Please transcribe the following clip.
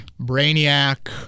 Brainiac